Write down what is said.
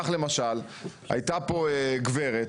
כך למשל הייתה פה גברת,